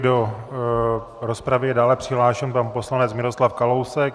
Do rozpravy je dále přihlášen pan poslanec Miroslav Kalousek.